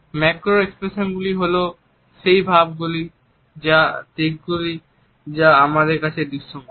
macro এক্সপ্রেশনগুলি হল সেই ভাবগুলি এবং দিকগুলি যা আমাদের কাছে দৃশ্যমান